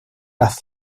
las